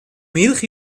milch